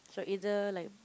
so either like